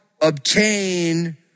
obtain